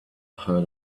heard